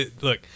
Look